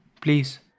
please